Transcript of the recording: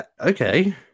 okay